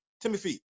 Timothy